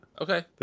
Okay